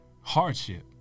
hardship